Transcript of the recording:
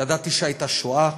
ידעתי שהייתה שואה,